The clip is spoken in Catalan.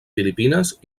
filipines